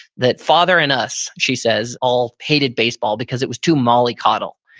that father and us, she says, all hated baseball, because it was too mollycoddle.